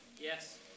Yes